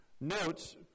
notes